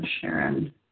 Sharon